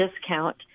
discount